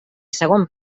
segon